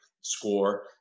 score